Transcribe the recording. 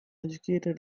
educated